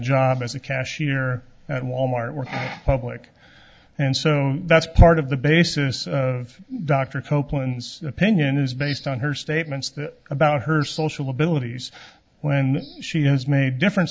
job as a cashier at wal mart were public and so that's part of the basis of dr copeland's opinion is based on her statements that about her social abilities when she has made different